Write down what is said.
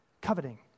coveting